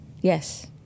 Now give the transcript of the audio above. Yes